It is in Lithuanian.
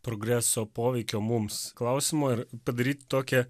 progreso poveikio mums klausimo ir padaryt tokią